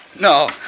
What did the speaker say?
No